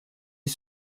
est